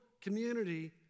community